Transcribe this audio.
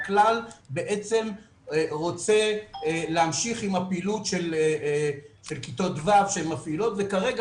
הכלל בעצם רוצה להמשיך עם הפעילות של כיתות ו' שהן מפעילות וכרגע